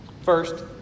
First